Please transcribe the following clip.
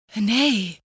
Nay